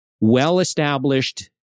well-established